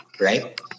Right